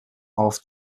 auf